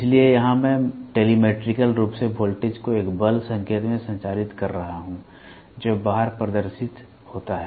इसलिए यहां मैं टेलीमेट्रिकल रूप से वोल्टेज को एक बल संकेत में संचारित कर रहा हूं जो बाहर प्रदर्शित होता है